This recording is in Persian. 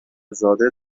زاده